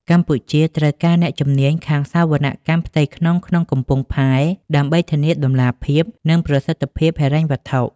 កម្ពុជាត្រូវការអ្នកជំនាញខាងសវនកម្មផ្ទៃក្នុងក្នុងកំពង់ផែ ដើម្បីធានាតម្លាភាព និងប្រសិទ្ធភាពហិរញ្ញវត្ថុ។